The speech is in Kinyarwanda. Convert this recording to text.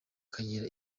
kagira